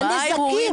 הנזקים.